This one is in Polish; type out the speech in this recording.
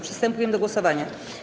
Przystępujemy do głosowania.